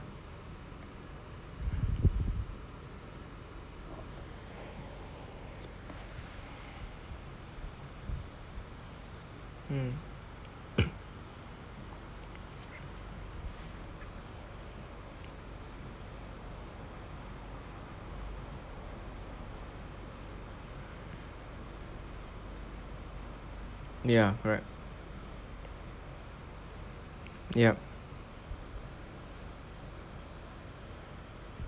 hmm ya correct yup